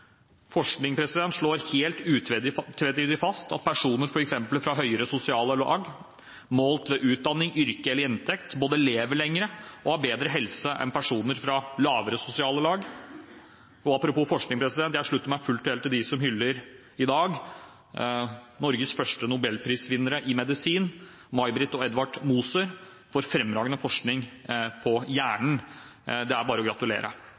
Forskning slår helt utvetydig fast at personer f.eks. fra høyere sosiale lag målt ved utdanning, yrke eller inntekt både lever lenger og har bedre helse enn personer fra lavere sosiale lag. Og apropos forskning: Jeg slutter meg fullt og helt til dem som i dag hyller Norges første nobelprisvinnere i medisin, May-Britt og Edvard Moser, for fremragende forskning på hjernen. Det er bare å gratulere!